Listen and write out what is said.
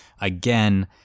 Again